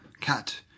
Cat